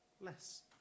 less